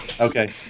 Okay